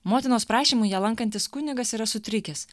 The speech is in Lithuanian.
motinos prašymu ją lankantis kunigas yra sutrikęs